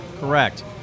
Correct